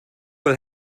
will